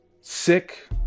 sick